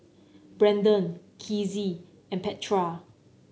Brandon Kizzie and Petra